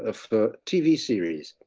ah for tv series,